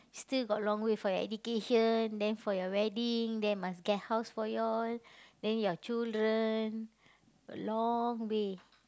still got long way for your education then for your wedding then must get house for you all then your children a long way